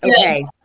Okay